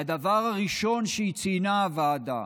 והדבר הראשון שציינה הוועדה,